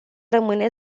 rămâne